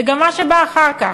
זה גם מה שבא אחר כך: